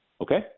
Okay